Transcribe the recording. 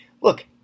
look